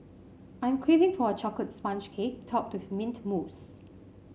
I'm craving for a chocolate sponge cake topped with mint mousse